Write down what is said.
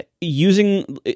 using